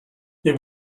they